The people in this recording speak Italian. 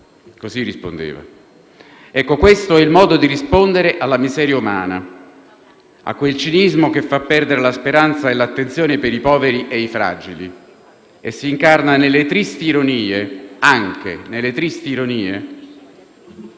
Così rispondeva. Questo è il modo di rispondere alla miseria umana, a quel cinismo che fa perdere la speranza e l'attenzione per i poveri e i fragili e si incarna anche nelle tristi ironie